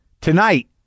tonight